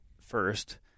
first